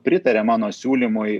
pritarė mano siūlymui